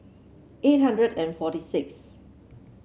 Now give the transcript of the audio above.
eight hundred and forty six